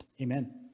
Amen